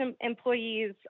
employees